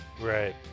Right